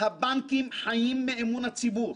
הבנקים חיים מאמון הציבור,